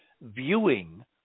viewing